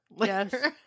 Yes